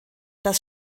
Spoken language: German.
das